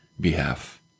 behalf